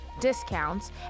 discounts